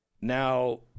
Now